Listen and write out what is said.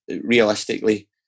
realistically